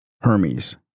Hermes